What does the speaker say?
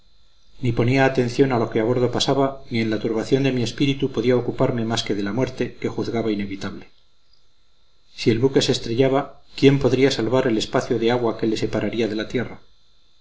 ni ponía atención a lo que a bordo pasaba ni en la turbación de mi espíritu podía ocuparme más que de la muerte que juzgaba inevitable si el buque se estrellaba quién podía salvar el espacio de agua que le separaría de la tierra